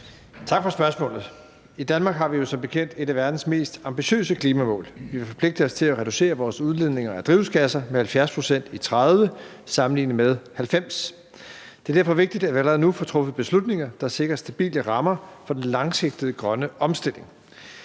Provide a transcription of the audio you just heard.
Tak for spørgsmålet. I Danmark har vi jo som bekendt et af verdens mest ambitiøse klimamål. Vi har forpligtet os til at reducere vores udledninger af drivhusgasser med 70 pct. i 2030 sammenlignet med 1990. Det er derfor vigtigt, at vi allerede nu får truffet beslutninger, der sikrer stabile rammer for den langsigtede grønne omstilling.